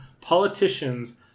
politicians